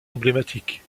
emblématique